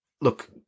look